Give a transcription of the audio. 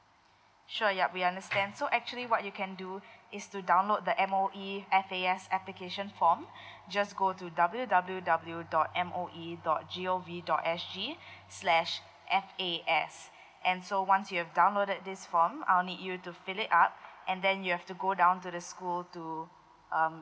sure yup we understand so actually what you can do is to download the M_O_E F_A_S application form just go to W W W dot M O E dot G O V dot S G slash F A S and so once you've downloaded this form I'll need you to fill it up and then you have to go down to the school to um